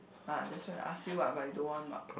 ah that's why ask you but you don't want mah